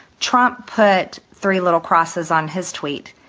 trump put three little crosses on his tweet.